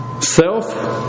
Self